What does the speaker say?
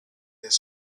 their